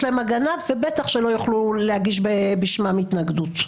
להם הגנה ובטח שלא יוכלו להגיש בשמם התנגדות.